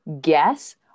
guess